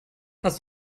hast